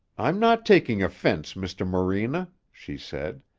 i'm not taking offense, mr. morena, she said.